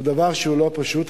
זה דבר שהוא לא פשוט.